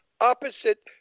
opposite